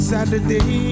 Saturday